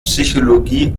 psychologie